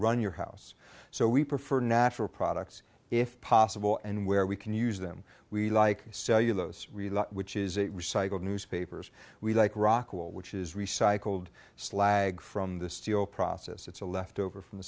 run your house so we prefer natural products if possible and where we can use them we like cellulose really which is a recycled newspapers we like rockwell which is recycled slag from the studio process it's a leftover from the